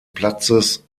platzes